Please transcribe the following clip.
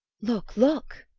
look, look!